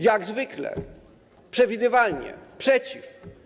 Jak zwykle, przewidywalnie, przeciw.